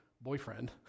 boyfriend